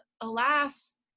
alas